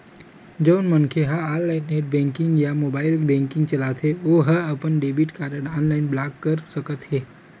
जउन मनखे ह ऑनलाईन नेट बेंकिंग या मोबाईल बेंकिंग चलाथे ओ ह अपन डेबिट कारड ऑनलाईन ब्लॉक कर सकत हे